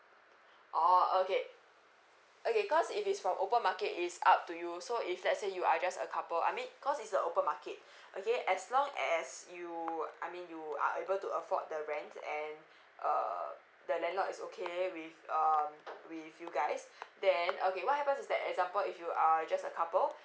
orh okay okay cause if it's from open market is up to you so if let's say you are just a couple I mean cause it's a open market okay as long as you I mean you are able to afford the rent and uh the landlord is okay with um with you guys then okay what happens is that example if you are just a couple